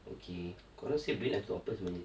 okay korang save duit untuk apa sebenarnya